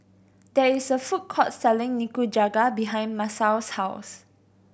there is a food court selling Nikujaga behind Masao's house